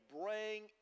bring